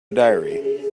diary